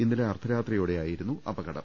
ഇന്നലെ അർദ്ധരാത്രിയോടെയാ യിരുന്നു അപകടം